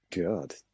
God